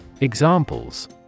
Examples